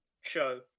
Show